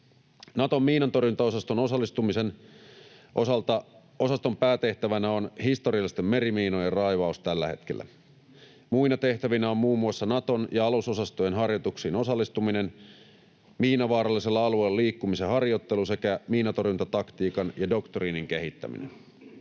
Naton miinantorjuntaosastoon osallistumisen osalta osaston päätehtävänä on historiallisten merimiinojen raivaus tällä hetkellä. Muina tehtävinä ovat muun muassa Naton ja alusosastojen harjoituksiin osallistuminen, miinavaarallisella alueella liikkumisen harjoittelu sekä miinantorjuntataktiikan ja ‑doktriinin kehittäminen.